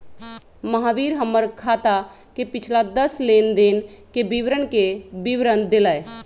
महावीर हमर खाता के पिछला दस लेनदेन के विवरण के विवरण देलय